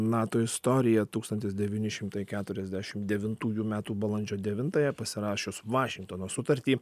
nato istorija tūkstantis devyni šimtai keturiasdešim devintųjų metų balandžio devintąją pasirašius vašingtono sutartį